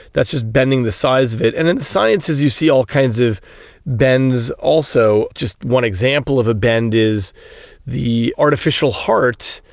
that's just bending the size of it. and in the sciences you see all kinds of bends also. just one example of a bend is the artificial heart,